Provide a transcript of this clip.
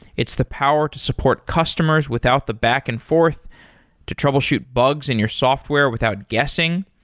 it's the power to support customers without the back and forth to troubleshoot bugs in your software without guessing.